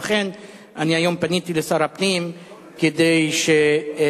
לכן היום פניתי אל שר הפנים כדי שיפסיק